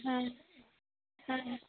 ᱦᱮᱸ ᱦᱮᱸ